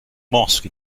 mosque